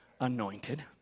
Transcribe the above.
anointed